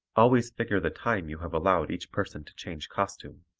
always figure the time you have allowed each person to change costume,